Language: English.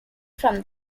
from